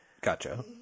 Gotcha